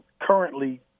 currently